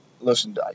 Listen